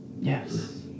Yes